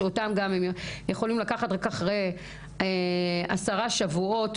וגם אותם הם יכולים לקחת רק אחרי עשרה שבועות.